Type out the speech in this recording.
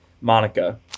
Monica